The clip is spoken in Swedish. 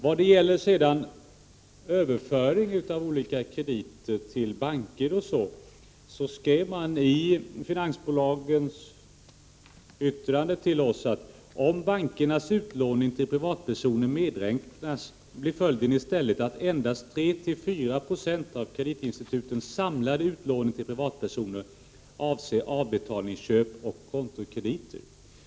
Vad gäller överföring av olika krediter till banker och liknande, skrev man i finansbolagens yttrande till oss: Om bankernas utlåning till privatpersoner medräknas, blir följden i stället att endast 34 20 av kreditinstitutens samlade utlåning till privatpersoner avser avbetalningsköp och kontokrediter.